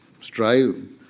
strive